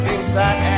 Inside